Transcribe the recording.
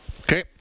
Okay